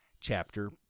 chapter